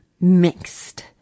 Mixed